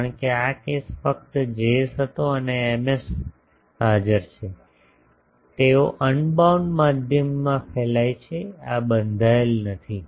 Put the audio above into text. કારણ કે આ કેસ ફક્ત Js હતો અને Ms હાજર છે તેઓ અનબાઉન્ડ માધ્યમમાં ફેલાય છે આ બંધાયેલ નથી